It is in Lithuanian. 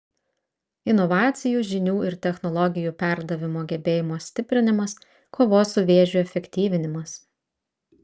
inovacijų žinių ir technologijų perdavimo gebėjimo stiprinimas kovos su vėžiu efektyvinimas